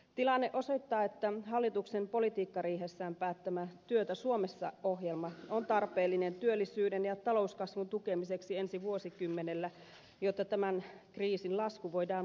tilanne osoittaa että hallituksen politiikkariihessään päättämä työtä suomessa ohjelma on tarpeellinen työllisyyden ja talouskasvun tukemiseksi ensi vuosikymmenellä jotta tämän kriisin lasku voidaan maksaa